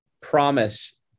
promise